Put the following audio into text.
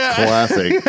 classic